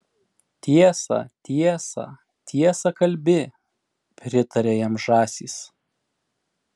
tiesą tiesą tiesą kalbi pritarė jam žąsys